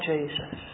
Jesus